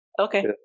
Okay